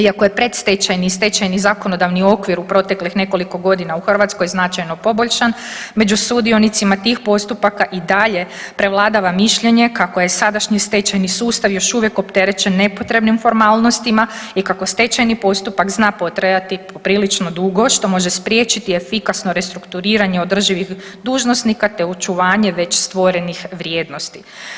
Iako je predstečajni i stečajni zakonodavni okvir u proteklih nekoliko godina u Hrvatskoj značajno poboljšan među sudionicima tih postupaka i dalje prevladava mišljenje kako je sadašnji stečajni sustav još uvijek opterećen nepotrebnim formalnostima i kako stečajni postupak zna potrajati poprilično dugo što može spriječiti efikasno restrukturiranje održivih dužnosnika, te očuvanje već stvorenih vrijednosti.